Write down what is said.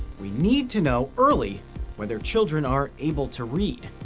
we need to know early whether children are able to read,